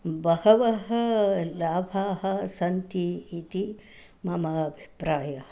बहवः लाभाः सन्ति इति मम अभिप्रायः